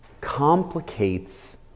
complicates